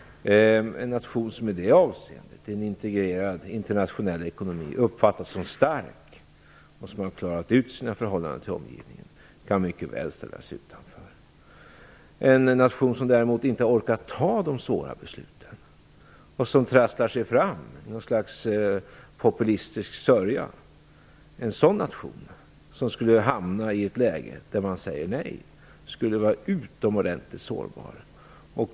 En nation som i det avseendet i en integrerad internationell ekonomi uppfattas som stark och som har klarat ut sina förhållanden till omgivningen kan mycket väl ställas utanför. En nation som däremot inte orkar ta de svåra besluten och som trasslar sig fram i ett slags populistisk sörja skulle i ett läge där man säger nej vara utomordentligt sårbar.